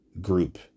group